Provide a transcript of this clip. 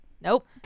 Nope